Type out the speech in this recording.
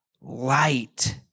light